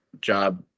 job